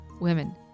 women